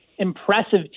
impressive